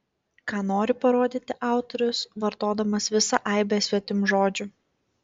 ką nori parodyti autorius vartodamas visą aibę svetimžodžių